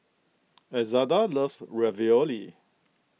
Elzada loves Ravioli